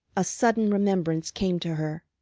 a sudden remembrance came to her.